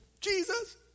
Jesus